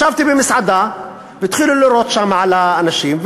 ישבתי במסעדה והתחילו לירות שם על האנשים,